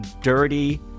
dirty